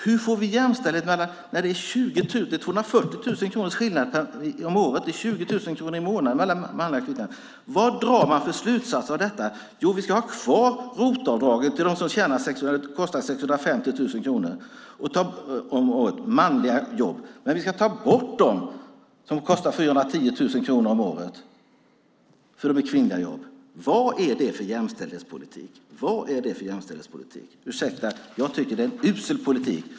Hur får vi jämställdhet när det är 240 000 kronor i skillnad, upp till 20 000 kronor i månaden, mellan manliga och kvinnliga jobb? Vad drar man för slutsatser av detta? Jo, vi ska ha kvar avdraget för dem som kostar 650 000 kronor om året för manliga jobb, men vi ska ta bort avdraget för dem som kostar 410 000 kronor om året för kvinnliga jobb. Vad är det för jämställdhetspolitik? Ni får ursäkta, men jag tycker att det är en usel politik.